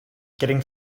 getting